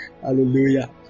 Hallelujah